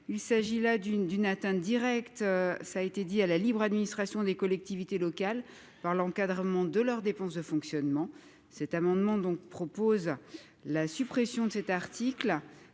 Il s'agit là d'une d'une atteinte directe. Ça a été dit à la libre administration des collectivités locales par l'encadrement de leurs dépenses de fonctionnement, cet amendement donc propose la suppression de cet article